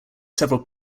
several